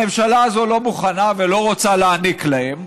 הממשלה הזאת לא מוכנה ולא רוצה להעניק להם,